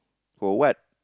for what